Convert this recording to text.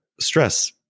stress